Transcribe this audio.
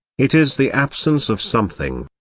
it is the absence of something.